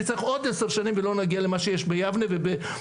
נצטרך עוד 10 שנים ולא נגיע למה שיש ביבנה ובלוד.